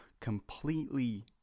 completely